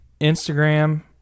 Instagram